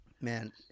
Man